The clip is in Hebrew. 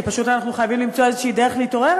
כי פשוט אנחנו חייבים למצוא איזושהי דרך להתעורר,